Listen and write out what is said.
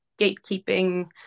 gatekeeping